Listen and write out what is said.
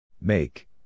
Make